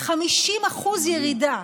50% ירידה.